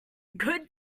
good